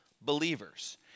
believers